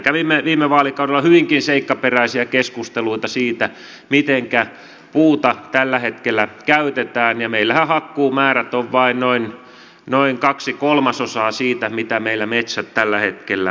kävimme viime vaalikaudella hyvinkin seikkaperäisiä keskusteluja siitä mitenkä puuta tällä hetkellä käytetään ja meillähän hakkuumäärät ovat vain noin kaksi kolmasosaa siitä mitä meillä metsät tällä hetkellä kasvavat